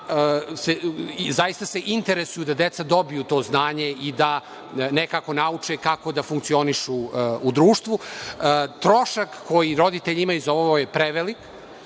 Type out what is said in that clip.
se zaista interesuju da dece dobiju to znanje i da nekako nauče kako da funkcionišu u društvu. Trošak koji roditelji imaju za ovo je prevelik